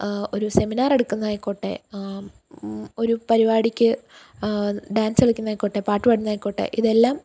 ഒരു സെമിനാർ എടുക്കുന്നതായിക്കോട്ടെ ഒരു പരിപാടിക്ക് ഡാൻസ് കളിക്കുന്നതായിക്കോട്ടെ പാട്ടുപാടുന്നതായിക്കോട്ടെ ഇതെല്ലാം